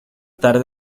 tarde